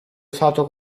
usato